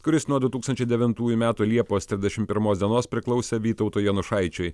kuris nuo du tūkstančiai devintųjų metų liepos trisdešimt pirmos dienos priklausė vytautui janušaičiui